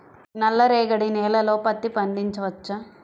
నల్ల రేగడి నేలలో పత్తి పండించవచ్చా?